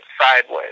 sideways